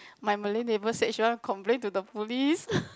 my Malay neighbour said she want to complain to the police